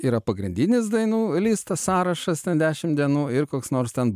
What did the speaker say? yra pagrindinis dainų listas sąrašas ten dešim dienų ir koks nors ten